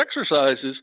exercises